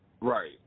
Right